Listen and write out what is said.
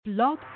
Blog